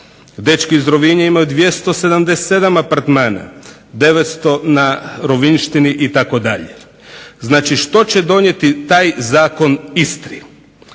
dečki iz Rovinja imaju 277 apartmana, 900 na Rovinjštini itd. Znači, što će donijeti taj zakon Istri?